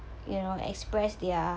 you know express their